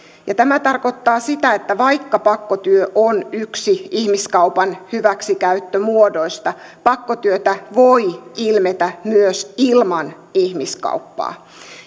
tämä tarkoittaa sitä että vaikka pakkotyö on yksi ihmiskaupan hyväksikäyttömuodoista pakkotyötä voi ilmetä myös ilman ihmiskauppaa